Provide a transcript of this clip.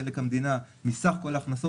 חלק המדינה מסך כל ההכנסות,